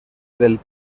del